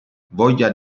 voglia